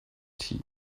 tea